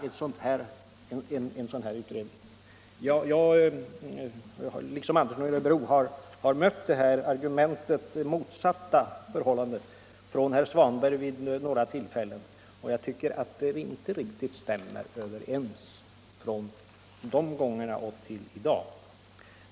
Jag liksom herr Andersson i Örebro har vid några tillfällen mött det här argumentet från herr Svanberg när det gällt det motsatta förhållandet. Hans inställning vid de tillfällena stämmer inte riktigt överens med hans inställning i dag.